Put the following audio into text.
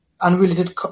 unrelated